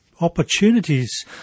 opportunities